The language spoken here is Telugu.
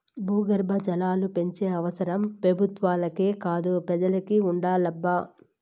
భూగర్భ జలాలు పెంచే అవసరం పెబుత్వాలకే కాదు పెజలకి ఉండాలబ్బా